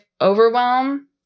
overwhelm